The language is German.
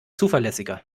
zuverlässiger